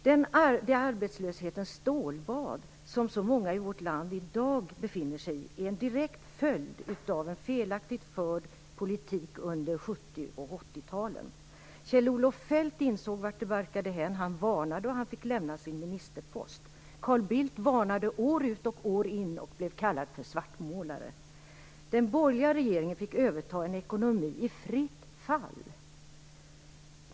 Det arbetslöshetens stålbad som så många i vårt land i dag befinner sig i är en direkt följd av en felaktigt förd politik under 70 och 80-talen. Kjell-Olof Feldt insåg varthän det barkade. Han kom med varningar och fick lämna sin ministerpost. Carl Bildt varnade år ut och år in och blev kallad för svartmålare. Den borgerliga regeringen fick överta en ekonomi i fritt fall.